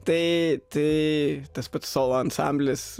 tai tai tas pats solo ansamblis